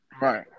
Right